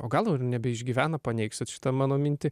o gal ir nebeišgyvena paneigs šitą mano mintį